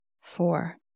four